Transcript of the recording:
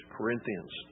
Corinthians